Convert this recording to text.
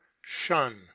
shun